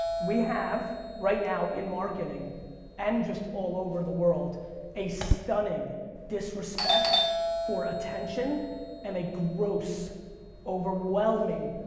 we have right now in marketing and just all over the world a stunning disrespect for attention and a gross overwhelming,